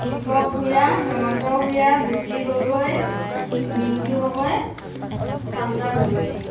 Dipak Bhuyan Hemanta Bhuyan Jyoti Gogoi Mintu Gogoi Chanta Gogoi